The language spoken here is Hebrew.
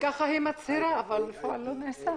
וככה היא מצהירה, אבל בפועל לא נעשה.